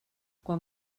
quan